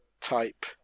type